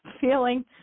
feeling